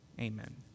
Amen